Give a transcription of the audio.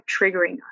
triggering